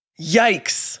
Yikes